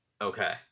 Okay